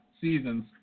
seasons